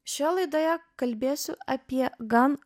šioje laidoje kalbėsiu apie gan